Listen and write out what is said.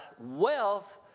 wealth